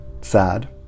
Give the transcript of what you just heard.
sad